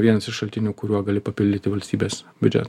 vienas iš šaltinių kuriuo gali papildyti valstybės biudžetą